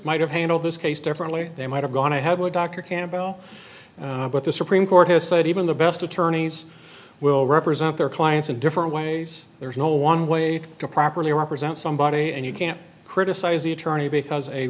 might have handled this case differently they might have gone ahead with dr campbell but the supreme court has said even the best attorneys will represent their clients in different ways there is no one way to properly represent somebody and you can't criticize the attorney because a